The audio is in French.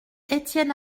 etienne